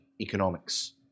economics